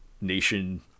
nation